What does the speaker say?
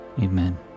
amen